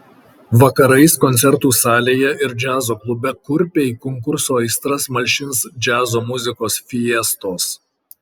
vakarais koncertų salėje ir džiazo klube kurpiai konkurso aistras malšins džiazo muzikos fiestos